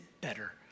better